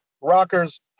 rockers